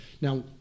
now